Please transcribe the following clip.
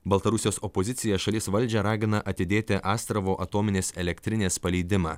baltarusijos opozicija šalies valdžią ragina atidėti astravo atominės elektrinės paleidimą